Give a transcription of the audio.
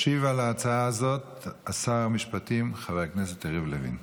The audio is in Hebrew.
ישיב על ההצעה הזאת שר המשפטים חבר הכנסת יריב לוין,